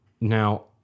Now